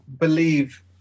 believe